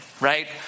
right